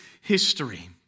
history